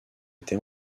été